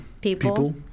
people